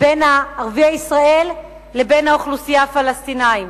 בין ערביי ישראל לבין האוכלוסייה הפלסטינית.